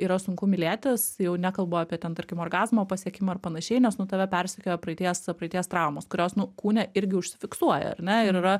yra sunku mylėtis jau nekalbu apie ten tarkim orgazmo pasiekimą ar panašiai nes nu tave persekioja praeities praeities traumos kurios nuo kūne irgi užsifiksuoja ar ne ir yra